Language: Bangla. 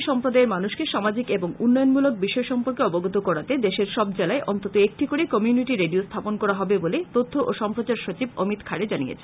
দেশের প্রতিটি সম্প্রদায়ের মানুষকে সামাজিক এবং উন্নয়নমূলক বিষয় সর্ম্পকে অবগত করতে দেশের সব জেলায় অন্তত একটি করে কমিউনিটি রেডিও স্থাপন করা হবে বলে তথ্য ও সম্প্রচার সচিব অমিত খারে জানিয়েছেন